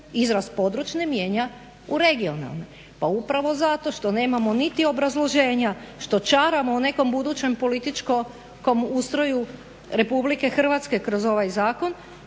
izraz područne mijenja u regionalne. Pa upravo zato što nemamo niti obrazloženja, što čaramo o nekom budućem političkom ustroju Republike Hrvatske kroz ovaj zakon.